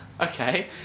okay